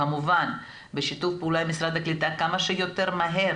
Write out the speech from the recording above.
כמובן בשיתוף פעולה עם משרד הקליטה כמה שיותר מהר.